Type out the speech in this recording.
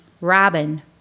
Robin